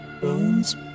Bones